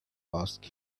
ask